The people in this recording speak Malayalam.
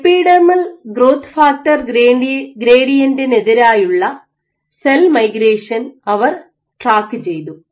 എപ്പിഡെർമൽ ഗ്രോത്ത് ഫാക്ടർ ഗ്രേഡിയന്റിനെതിരായുള്ള സെൽ മൈഗ്രേഷൻ അവർ ട്രാക്ക് ചെയ്തു